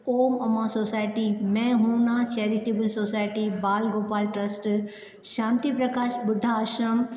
Om Amar society मैं हू ना charitable society Bal Gopal trust Shanti Prakash ॿुढा आश्रम